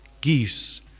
Geese